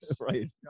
Right